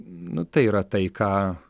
nu tai yra tai ką